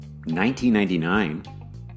1999